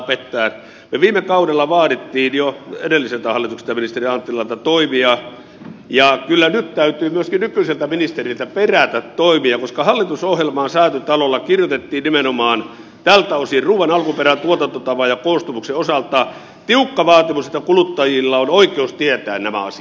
me viime kaudella vaadimme jo edelliseltä hallitukselta ja ministeri anttilalta toimia ja kyllä nyt täytyy myöskin nykyiseltä ministeriltä perätä toimia koska hallitusohjelmaan säätytalolla kirjoitettiin nimenomaan tältä osin ruuan alkuperän tuotantotavan ja koostumuksen osalta tiukka vaatimus että kuluttajilla on oikeus tietää nämä asiat